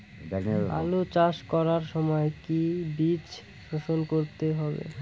আলু চাষ করার সময় কি বীজ শোধন করতে হবে?